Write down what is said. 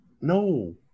No